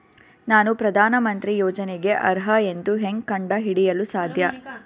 ನಾನು ಪ್ರಧಾನ ಮಂತ್ರಿ ಯೋಜನೆಗೆ ಅರ್ಹ ಎಂದು ಹೆಂಗ್ ಕಂಡ ಹಿಡಿಯಲು ಸಾಧ್ಯ?